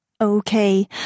Okay